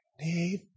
need